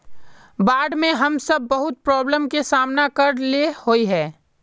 बाढ में हम सब बहुत प्रॉब्लम के सामना करे ले होय है?